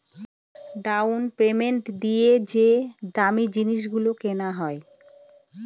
down payment দিয়ে যে দামী জিনিস গুলো কেনা হয়